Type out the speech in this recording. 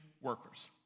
workers